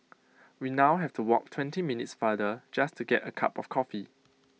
we now have to walk twenty minutes farther just to get A cup of coffee